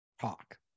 talk